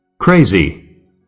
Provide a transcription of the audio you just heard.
Crazy